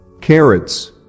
Carrots